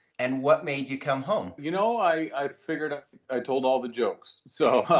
and what made you come home? you know, i figured i told all the jokes. so,